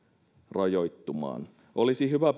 rajoittumaan olisi kuitenkin hyvä